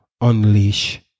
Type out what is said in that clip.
unleash